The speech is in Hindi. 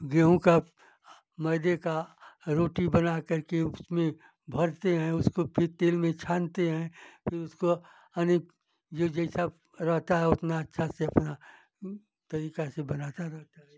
गेहूँ का मैदे का रोटी बनाकर के उसमें भरते हैं उसको फिर तेल में छानते हैं फिर उसको अनेक जो जैसा रहता है उतना अच्छा से अपना तरीक़ा से बनाता रहता है